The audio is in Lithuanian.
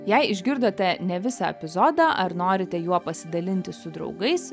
jei išgirdote ne visą epizodą ar norite juo pasidalinti su draugais